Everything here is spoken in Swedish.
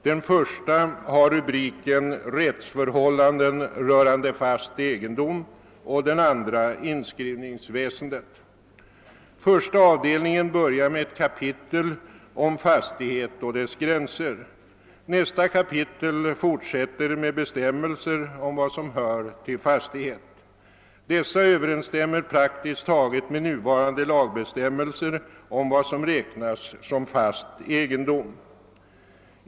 Den första har rubriken Rättsförhållanden rörande fast egen Första avdelningen börjar med ett kapitel om fastigheten och dess gränser. Nästa kapitel fortsätter med bestämmelser om vad som hör till fastigheten. Detta överensstämmer praktiskt taget med nuvarande lagbestämmelser om vad som räknas som fast egendom.